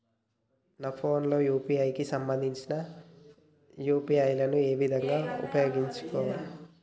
నా ఫోన్ లో యూ.పీ.ఐ కి సంబందించిన యాప్ ను ఏ విధంగా ఉపయోగించాలి?